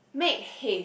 make haste